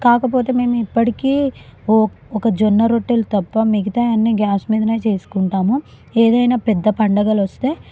కాకపోతే మేము ఇప్పటికీ ఒక జొన్న రొట్టెలు తప్ప మిగతా అన్నీ గ్యాస్ మీదనే చేసుకుంటాము ఏదైనా పెద్ద పండుగలు వస్తే